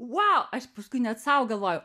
vau aš paskui net sau galvoju